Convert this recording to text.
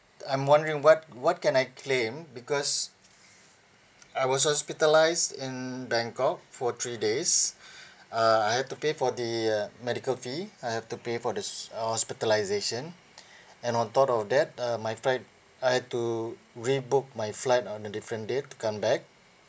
I'm wondering what what can I claim because I was hospitalised in bangkok for three days uh I have to pay for the uh medical fee I have to pay for the s~ s~ uh hospitalisation and on top of that uh my flight I had to rebook my flight on a different date to come back